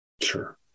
Sure